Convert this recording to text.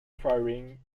firing